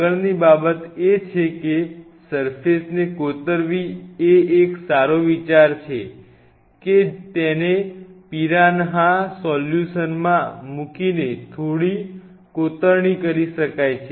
આગળની બાબત એ છે કે સર્ફેસ ને કોતરવી એ એક સારો વિચાર છે કે તેને પિરાન્હા સોલ્યુશનમાં મૂકીને થોડો કોતરણી કરી શકાય છે